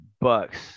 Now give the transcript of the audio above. bucks